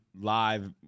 live